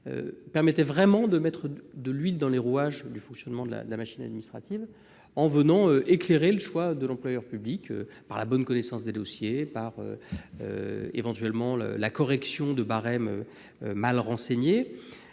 permettaient de mettre de l'huile dans les rouages de la machine administrative, en venant éclairer le choix de l'employeur public par une bonne connaissance des dossiers, voire par la correction de barèmes mal renseignés.